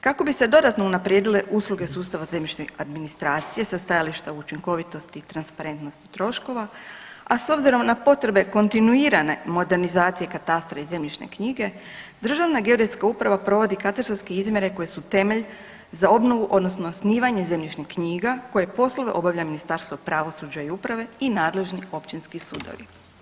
Kako bi se dodatno unaprijedile usluge sustava zemljišne administracije sa stajališta učinkovitosti i transparentnosti troškova, a s obzirom na potrebe kontinuirane modernizacije katastra i zemljišne knjige Državna geodetska uprava provodi katastarske izmjere koje su temelj za obnovu odnosno osnivanje zemljišnih knjiga koje poslove obavlja Ministarstvo pravosuđa i uprave i nadležni općinski sudovi.